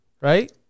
Right